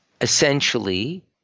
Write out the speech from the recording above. Essentially